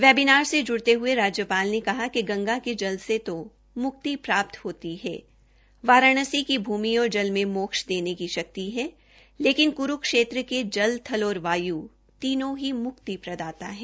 webinar से जुड़ते हए राज्यपाल ने कहा कि गंगा के जल से तो मुक्ति प्राप्त होती है वाराणसी की भूमि और जल में मोक्ष देने की शक्ति है परन्त् क्रूक्षेत्र के जल थल और वाय् तीनों ही म्क्ति प्रदता हैं